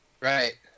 Right